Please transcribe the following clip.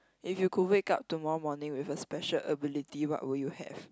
if you could wake up tomorrow morning with a special ability what would you have